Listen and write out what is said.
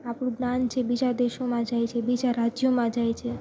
આપણું જ્ઞાન છે બીજા દેશોમાં જાય છે બીજા રાજ્યોમાં જાય છે